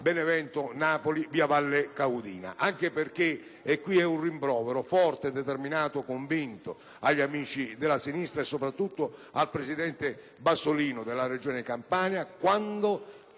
Benevento-Napoli attraverso la Valle Caudina. In merito, vorrei fare un rimprovero forte, determinato e convinto agli amici della sinistra, soprattutto al presidente Bassolino della Regione Campania, quando